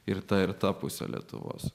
ir ta ir ta pusė lietuvos